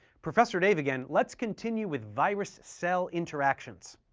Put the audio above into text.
professor dave again, let's continue with virus-cell interactions.